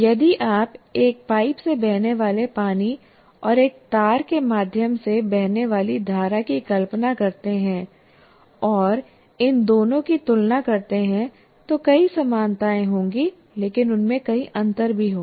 यदि आप एक पाइप से बहने वाले पानी और एक तार के माध्यम से बहने वाली धारा की कल्पना करते हैं और इन दोनों की तुलना करते हैं तो कई समानताएं होंगी लेकिन उनमें कई अंतर भी होंगे